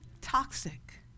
toxic